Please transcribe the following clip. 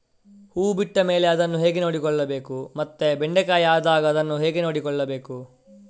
ಹೂ ಬಿಟ್ಟ ಮೇಲೆ ಅದನ್ನು ಹೇಗೆ ನೋಡಿಕೊಳ್ಳಬೇಕು ಮತ್ತೆ ಬೆಂಡೆ ಕಾಯಿ ಆದಾಗ ಹೇಗೆ ನೋಡಿಕೊಳ್ಳಬೇಕು?